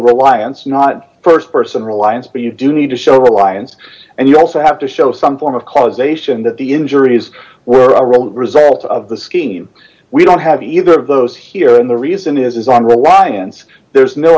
reliance not st person reliance but you do need to show alliance and you also have to show some form of causation that the injuries were a result of the scheme we don't have either of those here and the reason is is on reliance there is no